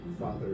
Father